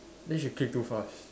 then she click too fast